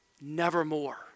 Nevermore